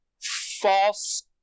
false